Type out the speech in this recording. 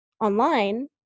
online